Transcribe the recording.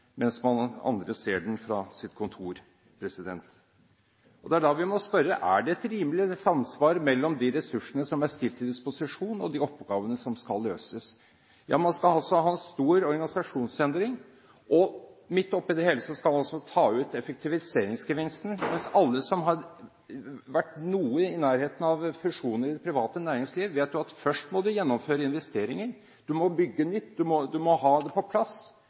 mens andre ser den fra sitt kontor. Det er da vi må spørre: Er det et rimelig samsvar mellom de ressursene som er stilt til disposisjon, og de oppgavene som skal løses? Man skal ha en stor organisasjonsendring, og midt oppi det hele skal man også ta ut effektiviseringsgevinstene. Mens alle som har vært i nærheten av fusjoner i det private næringsliv, vet at først må det gjennomføres investeringer, du må bygge nytt, du må ha det på plass,